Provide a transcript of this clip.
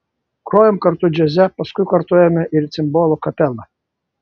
grojom kartu džiaze paskui kartu ėjome ir į cimbolų kapelą